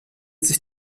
sich